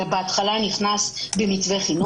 בהתחלה זה נכנס במתווה חינוך,